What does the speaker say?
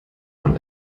man